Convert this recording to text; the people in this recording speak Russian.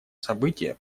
события